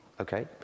okay